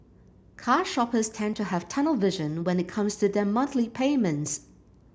car shoppers tend to have tunnel vision when it comes to their monthly payments